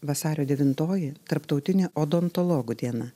vasario devintoji tarptautinė odontologų diena